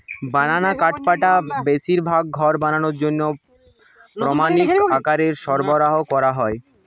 বানানা কাঠপাটা বেশিরভাগ ঘর বানানার জন্যে প্রামাণিক আকারে সরবরাহ কোরা হয়